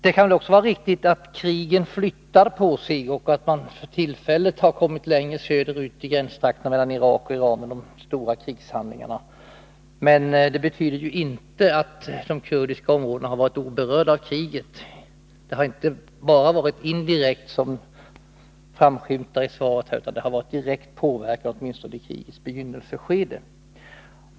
Det kan också vara riktigt att kriget flyttar på sig och att man för tillfället har kommit längre söderut i gränstrakterna mellan Irak och Iran med de stora krigshandlingarna. Men det betyder ju inte att de kurdiska områdena har varit oberörda av kriget. Det har inte bara varit fråga om indirekt påverkan — som framskymtar i svaret — utan också direkt påverkan, åtminstone i krigets begynnelseskede.